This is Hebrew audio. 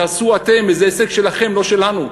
תעשו אתם, זה הישג שלכם, לא שלנו.